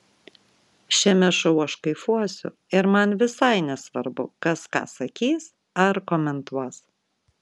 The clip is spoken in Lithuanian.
šiame šou aš kaifuosiu ir man visai nesvarbu kas ką sakys ar komentuos